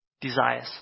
desires